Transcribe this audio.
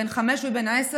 בן חמש ועשר,